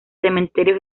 cementerio